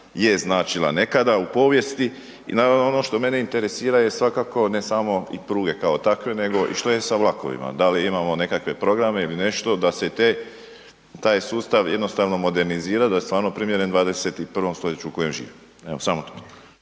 je značila neka u povijesti? I naravno ono što mene interesira je svakako, ne samo i pruge kao takve nego i što je sa vlakovima? Da li imamo nekakve programe ili nešto da se i te, taj sustav jednostavno modernizira, da je stvarno primjeren 21. stoljeću u kojem živimo? Evo, samo